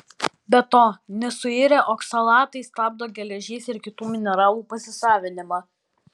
be to nesuirę oksalatai stabdo geležies ir kitų mineralų pasisavinimą